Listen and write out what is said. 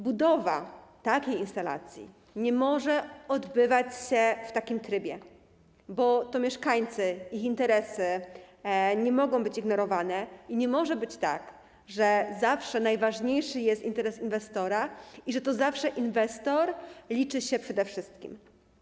Budowa takiej instalacji nie może odbywać się w takim trybie, bo interesy mieszkańców nie mogą być ignorowane i nie może być tak, że zawsze najważniejszy jest interes inwestora i że to zawsze inwestor liczy się przede wszystkim.